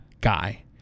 guy